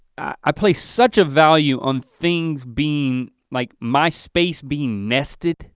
i place such a value on things being like my space being nested